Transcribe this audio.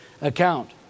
account